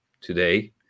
today